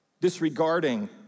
disregarding